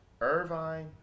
Irvine